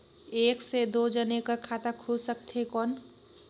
एक से दो जने कर खाता खुल सकथे कौन?